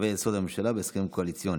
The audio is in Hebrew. בקווי היסוד שלה ובהסכמים הקואליציוניים.